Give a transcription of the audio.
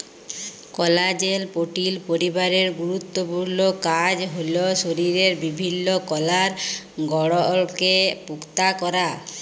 কলাজেল protein পরিবারের গুরুত্তপুর্ল কাজ হ্যল শরীরের বিভিল্ল্য কলার গঢ়লকে পুক্তা ক্যরা